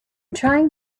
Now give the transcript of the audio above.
trying